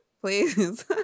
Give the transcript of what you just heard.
please